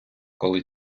коли